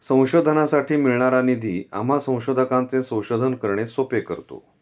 संशोधनासाठी मिळणारा निधी आम्हा संशोधकांचे संशोधन करणे सोपे करतो